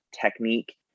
technique